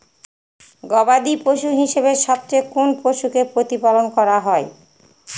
গবাদী পশু হিসেবে সবচেয়ে কোন পশুকে প্রতিপালন করা হয়?